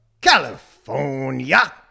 California